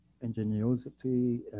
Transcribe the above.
ingenuity